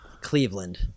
Cleveland